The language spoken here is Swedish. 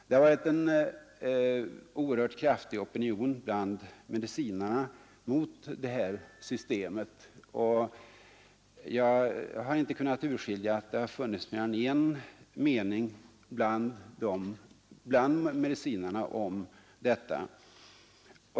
Det har varit en mycket kraftig opinion bland medicinarna mot det systemet; jag har inte kunnat urskilja att det har funnits mer än en mening bland dem om detta.